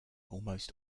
almost